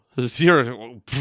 zero